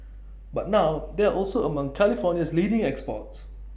but now they are also among California's leading exports